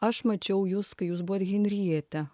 aš mačiau jus kai jūs buvot henrietė